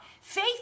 Faith